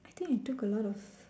I think I took a lot of